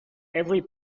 every